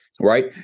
right